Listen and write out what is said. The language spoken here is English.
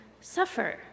suffer